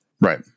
Right